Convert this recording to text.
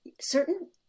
certain